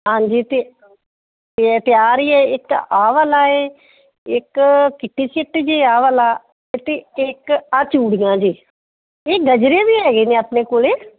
ਹਾਂਜੀ ਅਤੇ ਅਤੇ ਤਿਆਰ ਹੀ ਹੈ ਇੱਕ ਆਹ ਵਾਲਾ ਏ ਇੱਕ ਕਿੱਟੀ ਸੈੱਟ ਜੀ ਆਹ ਵਾਲਾ ਅਤੇ ਇੱਕ ਆਹ ਚੂੜੀਆਂ ਜੇ ਇਹ ਗਜਰੇ ਵੀ ਹੈਗੇ ਨੇ ਆਪਣੇ ਕੋਲੇ